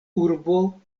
urbo